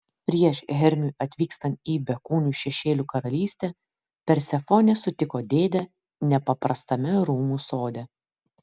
prieš hermiui atvykstant į bekūnių šešėlių karalystę persefonė sutiko dėdę nepaprastame rūmų sode